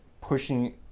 pushing